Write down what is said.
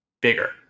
bigger